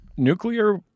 Nuclear